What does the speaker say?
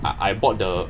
I I bought the